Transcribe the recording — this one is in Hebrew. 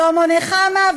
שלמה נחמה,